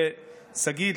לשגית,